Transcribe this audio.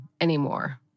anymore